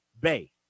Bay